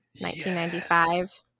1995